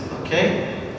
Okay